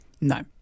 No